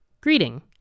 Greeting